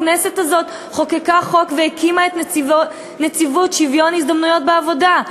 הכנסת הזאת חוקקה חוק והקימה את נציבות שוויון ההזדמנויות בעבודה,